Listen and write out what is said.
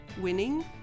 winning